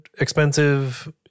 expensive